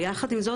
יחד עם זאת,